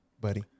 buddy